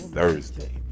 thursday